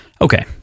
Okay